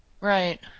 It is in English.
Right